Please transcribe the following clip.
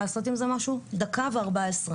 קורה.